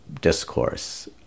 discourse